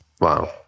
Wow